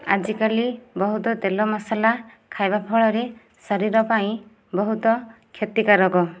ଆଜି କାଲି ବହୁତ ତେଲ ମସଲା ଖାଇବା ଫଳରେ ଶରୀର ପାଇଁ ବହୁତ କ୍ଷତିକାରକ